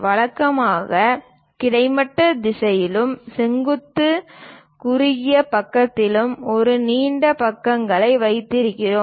வழக்கமாக கிடைமட்ட திசையிலும் செங்குத்து குறுகிய பக்கத்திலும் ஒரு நீண்ட பக்கத்தை வைத்திருக்கிறோம்